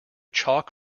chalk